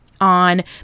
on